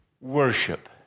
worship